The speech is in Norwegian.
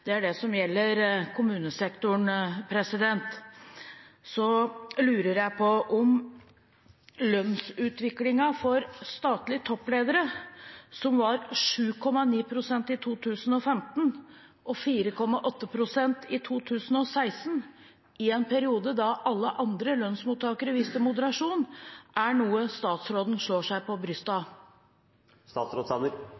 Det er det som gjelder kommunesektoren. Så lurer jeg på om lønnsutviklingen for statlige toppledere, som var på 7,9 pst. i 2015 og på 4,8 pst. i 2016, i en periode da alle andre lønnsmottakere viste moderasjon, er noe statsråden slår seg på